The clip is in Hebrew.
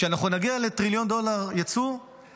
כשאנחנו נגיע לטריליון דולר ייצוא,